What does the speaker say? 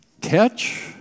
catch